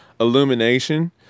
illumination